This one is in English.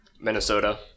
Minnesota